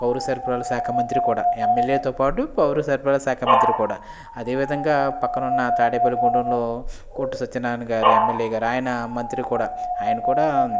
పౌరసరఫరాల శాఖా మంత్రి కూడా ఎమ్మెల్యేతో పాటు పౌరసరఫరా శాఖా మంత్రి కూడా అదే విధంగా పక్కనున్న తాడేపల్లిగూడెంలో కొట్టు సత్యనారాయణ గారు ఎమ్మెల్యే గారు ఆయన మంత్రి కూడా ఆయన కూడా